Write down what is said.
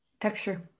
Texture